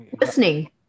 Listening